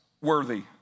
worthy